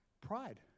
Pride